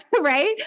Right